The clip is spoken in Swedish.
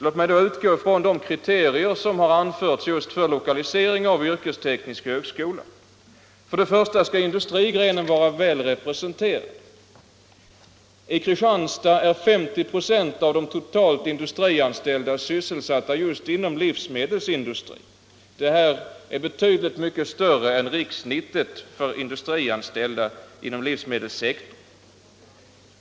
Låt mig utgå från de kriterier som har anförts just för lokalisering av yrkesteknisk högskola. Först och främst skall industrigrenen vara väl representerad. I Kristianstad är 50 96 av de industrianställda sysselsatta inom livsmedelsindustrin. Denna andel är betydligt större än riksgenomsnittet för industrianställda inom livsmedelssektorn.